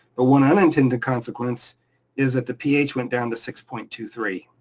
but when i went into consequence is that the ph went down to six point two three.